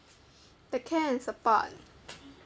the care and support